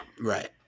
Right